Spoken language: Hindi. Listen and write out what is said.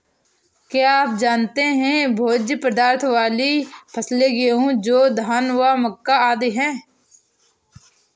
क्या आप जानते है भोज्य पदार्थ वाली फसलें गेहूँ, जौ, धान व मक्का आदि है?